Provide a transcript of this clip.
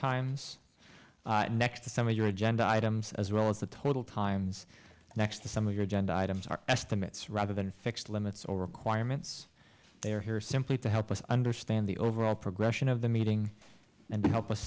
times next to some of your agenda items as well as the total times next to some of your agenda items are estimates rather than fixed limits or requirements they are here simply to help us understand the overall progression of the meeting and to help us